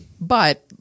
But-